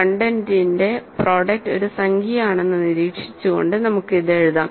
കണ്ടെന്റിന്റെ product ഒരു സംഖ്യയാണെന്ന് നിരീക്ഷിച്ചുകൊണ്ട് നമുക്ക് ഇത് എഴുതാം